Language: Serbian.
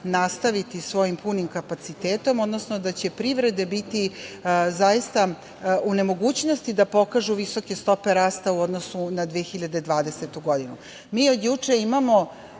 nastaviti svojim punim kapacitetom, odnosno da će privreda biti zaista u nemogućnosti da pokaže visoke stope rasta u odnosu na 2020. godinu. Od juče imamo